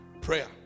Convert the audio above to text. Prayer